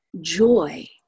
joy